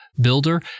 builder